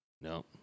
no